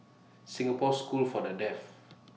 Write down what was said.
Singapore School For The Deaf